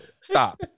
Stop